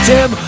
Tim